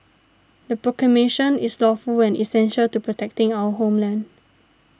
the proclamation is lawful and essential to protecting our homeland